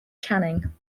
channing